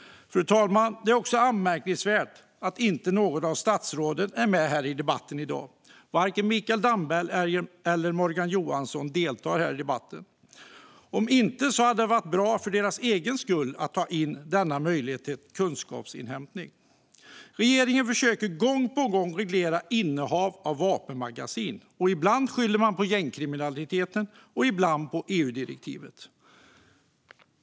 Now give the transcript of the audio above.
Fru talman! Det är också anmärkningsvärt att inte något statsråd är med i debatten i dag - varken Mikael Damberg eller Morgan Johansson deltar i debatten - om inte annat så för att det för deras egen skull hade varit bra med kunskapsinhämtning. Regeringen försöker gång på gång reglera innehav av vapenmagasin. Ibland skyller man på gängkriminaliteten, ibland på EU-direktivet.